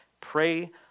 Pray